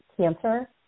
cancer